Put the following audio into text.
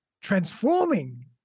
transforming